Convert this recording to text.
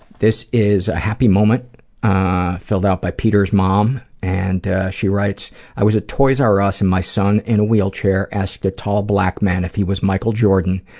this is a happy moment ah filled out by peter's mom, and she writes i was at toys r us and my son in a wheelchair asked a tall black man if he was michael jordan,